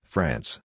France